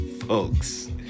folks